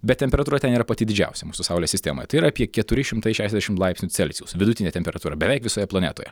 bet temperatūra ten yra pati didžiausia mūsų saulės sistemoje tai yra apie keturi šimtai šešiasdešim laipsnių celsijaus vidutinė temperatūra beveik visoje planetoje